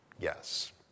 Yes